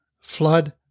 flood